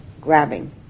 grabbing